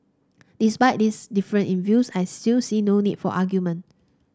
despite this difference in views I still see no need for argument